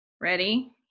ready